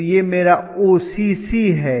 तो यह मेरा ओसीसी है